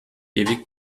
ewig